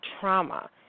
trauma